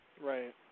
Right